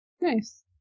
Nice